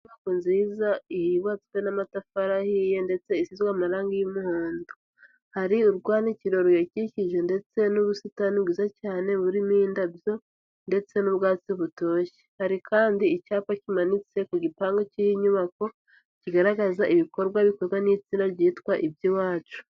Inyubako nziza yubatswe n'amatafari ahiye ndetse ishyizweho amarangi y'umuhondo, hari urwanikiro ruyakikije ndetse n'ubusitani bwiza cyane burimo indabyo, ndetse n'ubwatsi butoshye ,hari kandi icyapa kimanitse ku gipangu k'iyi nyubako, kigaragaza ibikorwa bikorwa n'itsinda ryitwa iby'iwacu.